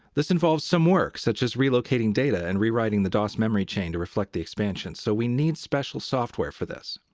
this involves some work, such as relocating data and rewriting the dos memory chain to reflect the expansion, so we need special software for this.